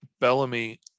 Bellamy